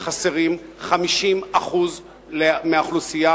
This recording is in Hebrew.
של-50% מהאוכלוסייה